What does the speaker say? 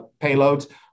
payloads